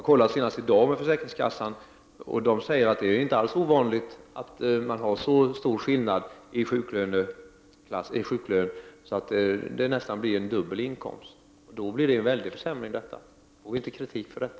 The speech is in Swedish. Jag har senast i dag varit i kontakt med försäkringskassan, och där säger man att det inte alls är så ovanligt att försäkringstagare får en sjuklön som är så hög att den motsvarar nästan dubbla inkomsten. För dem blir detta en mycket stor försämring. Får vi inte kritik för detta?